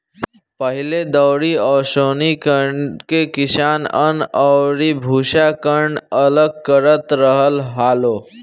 पहिले दउरी ओसौनि करके किसान अन्न अउरी भूसा, कन्न अलग करत रहल हालो